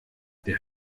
der